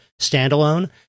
standalone